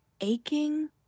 aching